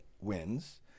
wins